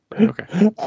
okay